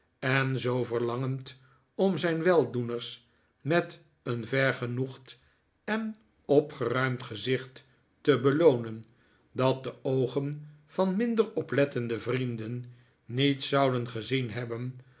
en zoo verlangend om zijn weldoeners met een vergenoegd en opgeruimd gezicht te beloonen dat de oogen van minder oplettende vrienden niets zouden gezien hebben